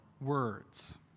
words